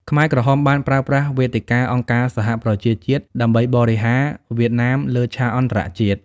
ខ្មែរក្រហមបានប្រើប្រាស់វេទិកាអង្គការសហប្រជាជាតិដើម្បីបរិហារវៀតណាមលើឆាកអន្តរជាតិ។